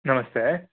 नमस्ते